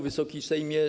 Wysoki Sejmie!